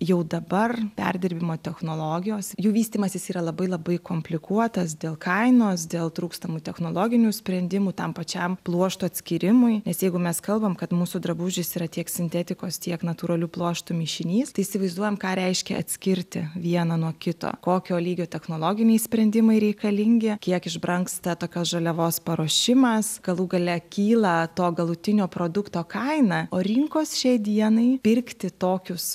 jau dabar perdirbimo technologijos jų vystymasis yra labai labai komplikuotas dėl kainos dėl trūkstamų technologinių sprendimų tam pačiam pluošto atskyrimui nes jeigu mes kalbam kad mūsų drabužis yra tiek sintetikos tiek natūralių pluoštų mišinys tai įsivaizduojam ką reiškia atskirti vieną nuo kito kokio lygio technologiniai sprendimai reikalingi kiek išbrangsta tokios žaliavos paruošimas galų gale kyla to galutinio produkto kaina o rinkos šiai dienai pirkti tokius